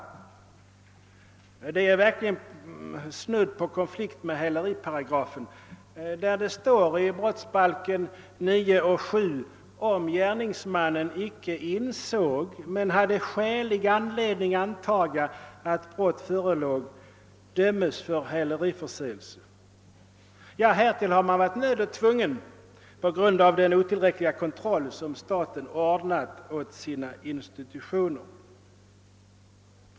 Här föreligger verkligen snudd på konflikt med häleriparagrafen, d.v.s. brottsbalkens 9 kap. 7 §, där det heter: Till detta har man blivit nödd och tvungen på grund av den otillräckliga kontroll som staten ordnat för sina institutioner.